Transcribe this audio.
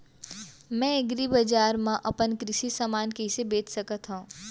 मैं एग्रीबजार मा अपन कृषि समान कइसे बेच सकत हव?